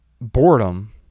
boredom